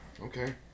Okay